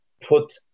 put